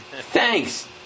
thanks